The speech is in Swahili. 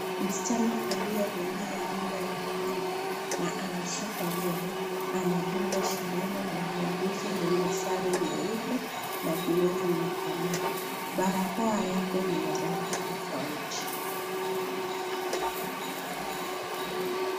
Msichana aliye valia rinda nyekundu na amesuka nywele na anadungwa sindano na muuguzi mwenye sare nyeupe na glovu mikononi. Barakoa yake ni ya rangi tofauti.